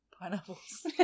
Pineapples